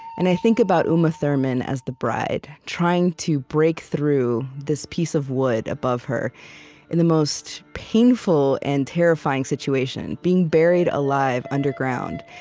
and i think about uma thurman as the bride trying to break through this piece of wood above her in the most painful and terrifying situation being buried alive underground.